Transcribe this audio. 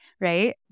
Right